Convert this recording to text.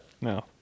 no